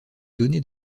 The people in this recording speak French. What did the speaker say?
données